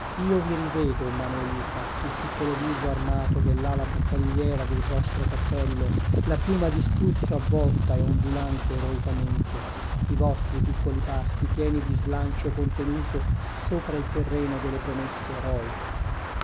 io vi rivedo manuelita il piccolo viso armato dell'ala battagliera del vostro cappello la piuma di struzzo avvolta e ondulante eroicamente i vostri piccoli passi pieni di slancio contenuto sopra il terreno delle promesse eroiche